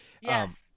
Yes